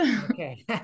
Okay